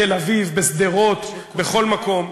בתל-אביב, בשדרות, בכל מקום,